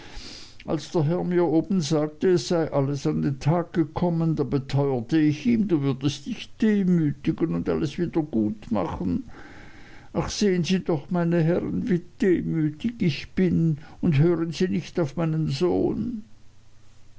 als der herr mir oben sagte es sei alles an den tag gekommen da beteuerte ich ihm du würdest dich demütigen und alles wieder gut machen ach sehen sie doch meine herren wie demütig ich bin und hören sie nicht auf meinen sohn